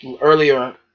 earlier